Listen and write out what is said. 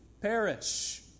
perish